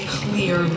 clear